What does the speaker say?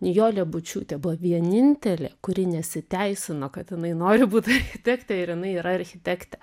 nijolė bučiūtė buvo vienintelė kuri nesiteisino kad jinai nori būt architektė ir jinai yra architektė